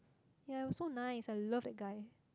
ya it was so nice I love that guy